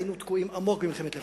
היינו תקועים עמוק במלחמת לבנון.